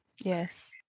Yes